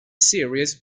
series